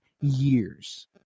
years